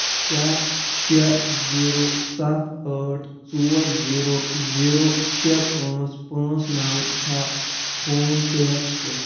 کیٛاہ شیٚے زیٖرو سَتھ ٲٹھ ژور زیٖرو زیٖرو شیٚے پانٛژھ پانٛژھ نَو چھا فون پے یَس پٮ۪ٹھ